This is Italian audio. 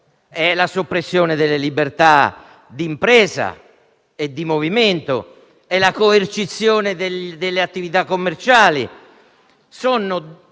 è la soppressione delle libertà d'impresa e di movimento, la coercizione delle attività commerciali